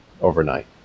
overnight